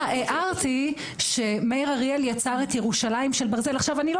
הערתי שמאיר אריאל יצר את "ירושלים של ברזל" עכשיו אני לא